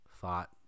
thought